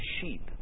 sheep